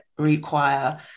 require